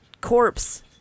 Corpse